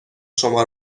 شما